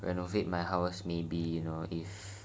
renovate my house maybe you know if